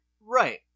Right